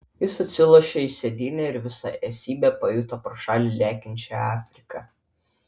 jis atsilošė į sėdynę ir visa esybe pajuto pro šalį lekiančią afriką